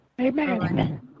amen